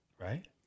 right